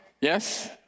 Yes